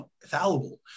fallible